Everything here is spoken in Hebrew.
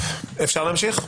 אפשר להמשיך?